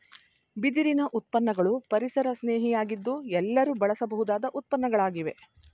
ಬಿದಿರಿನ ಉತ್ಪನ್ನಗಳು ಪರಿಸರಸ್ನೇಹಿ ಯಾಗಿದ್ದು ಎಲ್ಲರೂ ಬಳಸಬಹುದಾದ ಉತ್ಪನ್ನಗಳಾಗಿವೆ